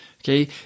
okay